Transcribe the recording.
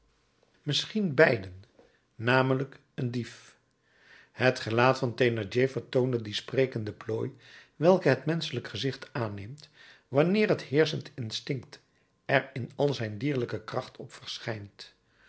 misschien beiden namelijk een dief het gelaat van thénardier vertoonde dien sprekenden plooi welke het menschelijk gezicht aanneemt wanneer het heerschend instinct er in al zijn dierlijke kracht op verschijnt